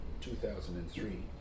2003